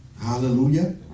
Hallelujah